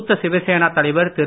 மூத்த சிவசேனா தலைவர் திரு